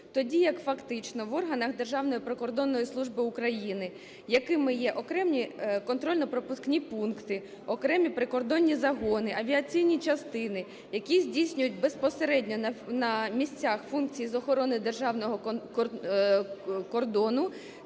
тоді як фактично в органах Державної прикордонної служби України, якими є окремі контрольно-пропускні пункти, окремі прикордонні загони, авіаційні частини, які здійснюють безпосередньо на місцях функції з охорони державного кордону,